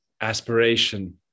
aspiration